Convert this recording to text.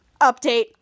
Update